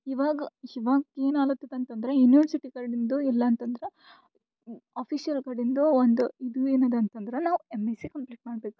ಇವಾಗ ಇವಾಗ ಏನು ಆಲತತ್ ಅಂತಂದರೆ ಯೂನಿವರ್ಸಿಟಿ ಕಡಿಂದು ಇಲ್ಲ ಅಂತಂದ್ರೆ ಆಫೀಷಲ್ ಕಡಿಂದು ಒಂದು ಇದು ಏನಿದೆ ಅಂತಂದ್ರೆ ನಾವು ಎಮ್ಎಸ್ಸಿ ಕಂಪ್ಲೀಟ್ ಮಾಡ್ಬೇಕು